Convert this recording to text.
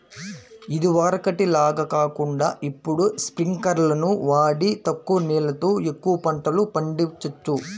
ఇదివరకటి లాగా కాకుండా ఇప్పుడు స్పింకర్లును వాడి తక్కువ నీళ్ళతో ఎక్కువ పంటలు పండిచొచ్చు